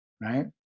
right